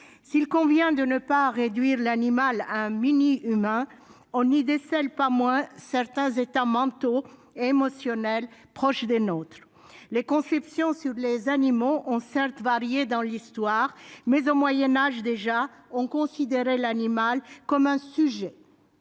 s'il convient de ne pas réduire l'animal à un mini-humain, on ne décèle pas moins en lui certains états mentaux et émotionnels proches des nôtres. Les conceptions relatives aux animaux ont certes varié dans l'histoire, mais, au Moyen-Âge déjà, on considérait l'animal comme un sujet